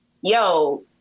yo